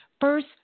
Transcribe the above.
first